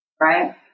right